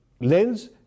lens